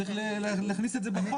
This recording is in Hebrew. צריך להכניס את זה בחוק,